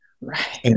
Right